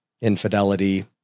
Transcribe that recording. infidelity